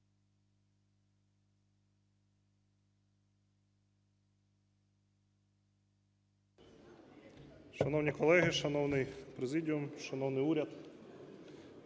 Шановні колеги, шановна президія, шановний уряд!